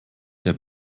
der